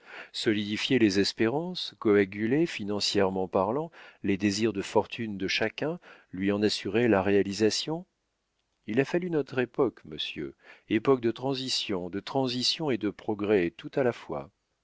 solidifier les espérances coaguler financièrement parlant les désirs de fortune de chacun lui en assurer la réalisation il a fallu notre époque monsieur époque de transition de transition et de progrès tout à la fois